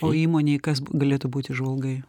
o įmonėj kas galėtų būti žvalgai